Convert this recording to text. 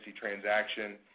transaction